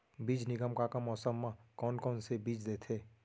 बीज निगम का का मौसम मा, कौन कौन से बीज देथे?